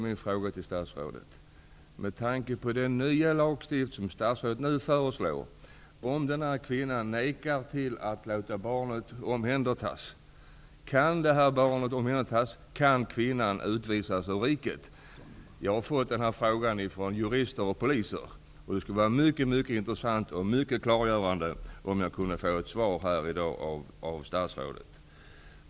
Med tanke på den nya lagstifting som statsrådet nu föreslår undrar jag om denna kvinna kan utvisas ur riket om hon under fängelsetiden föder ett barn och därefter nekar till att låta barnet omhändertas. Jag har fått denna fråga av jurister och polismän, och det skulle vara mycket intressant och klargörande om jag kunde få ett svar här i dag av statsrådet.